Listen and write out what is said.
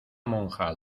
monja